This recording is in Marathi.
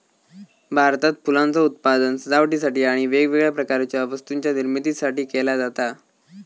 भारतात फुलांचा उत्पादन सजावटीसाठी आणि वेगवेगळ्या प्रकारच्या वस्तूंच्या निर्मितीसाठी केला जाता